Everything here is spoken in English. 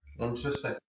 Interesting